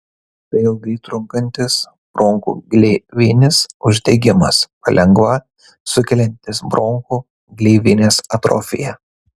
tai ilgai trunkantis bronchų gleivinės uždegimas palengva sukeliantis bronchų gleivinės atrofiją